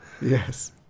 Yes